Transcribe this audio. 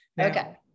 Okay